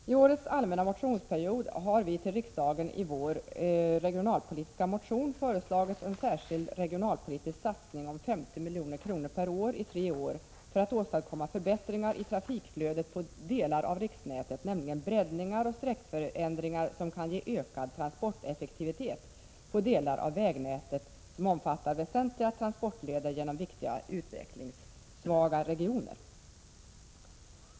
Under årets allmänna motionsperiod har vi till riksdagen i vår regionalpolitiska motion föreslagit en särskild regionalpolitisk satsning om 50 milj.kr. per år i tre år för att åstadkomma förbättringar i trafikflödet på delar av riksnätet, nämligen breddningar och sträckförändringar som kan ge ökad transporteffektivitet på delar av vägnätet som omfattar väsentliga transportleder genom viktiga utvecklingssvaga regioner.